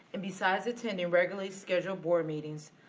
and besides attending regularly scheduled board meetings,